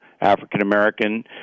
African-American